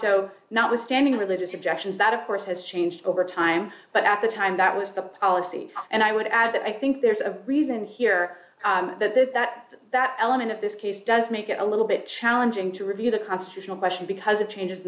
so not withstanding religious objections that of course has changed over time but at the time that was the policy and i would add that i think there's a reason here that that that that element of this case does make it a little bit challenging to review the constitutional question because it changes